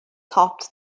topped